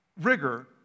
rigor